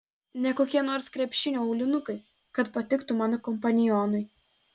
ne kokie nors krepšinio aulinukai kad patiktų mano kompanionui